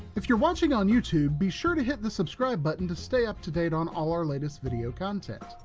if you're watching on youtube, be sure to hit the subscribe button to stay up to date on all our latest video content.